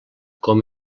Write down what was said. com